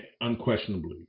unquestionably